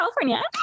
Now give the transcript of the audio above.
California